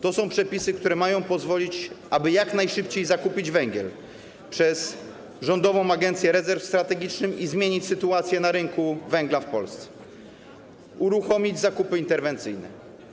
To są przepisy, które mają pozwolić na to, aby jak najszybciej można było zakupić węgiel poprzez Rządową Agencję Rezerw Strategicznych i zmienić sytuację na rynku węgla w Polsce, uruchomić zakupy interwencyjne.